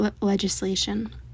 legislation